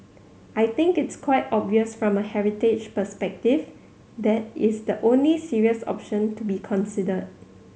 I think it's quite obvious from a heritage perspective that is the only serious option to be considered